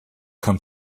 come